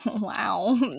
Wow